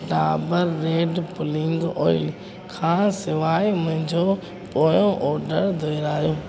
Dabur red pulling oil खां सवाइ मुंहिंजो पोयों ऑडर दुहरायो